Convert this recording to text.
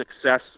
success